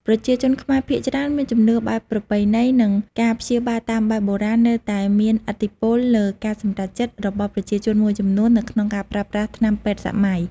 ប្រជាជនខ្មែរភាគច្រើនមានជំនឿបែបប្រពៃណី និងការព្យាបាលតាមបែបបុរាណនៅតែមានឥទ្ធិពលលើការសម្រេចចិត្តរបស់ប្រជាជនមួយចំនួននៅក្នុងការប្រើប្រាស់ថ្នាំពេទ្យសម័យ។